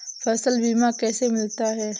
फसल बीमा कैसे मिलता है?